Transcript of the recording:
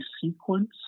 sequence